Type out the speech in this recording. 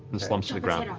and slumps to the ground.